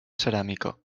ceràmica